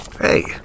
Hey